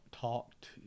talked